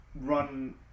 run